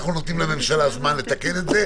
אנחנו נותנים לממשלה זמן לתקן את זה,